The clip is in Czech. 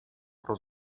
pro